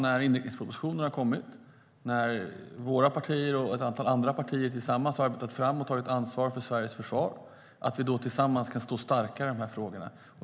När inrikespropositionen har kommit och när våra partier och ett antal andra partier tillsammans har arbetat fram förslag och tagit ansvar för Sveriges försvar är min förhoppning att vi kan stå starkare i de här frågorna.